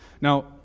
Now